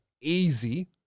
easy